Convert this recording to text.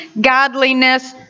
godliness